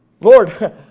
Lord